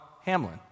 Hamlin